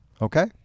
Okay